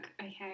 Okay